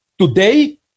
today